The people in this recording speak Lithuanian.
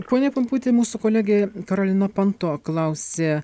pone pumputi mūsų kolegė karolina panto klausė